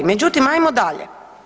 Međutim, ajmo dalje.